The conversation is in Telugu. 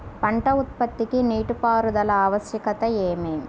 పంట ఉత్పత్తికి నీటిపారుదల ఆవశ్యకత ఏమి?